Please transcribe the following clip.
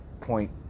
point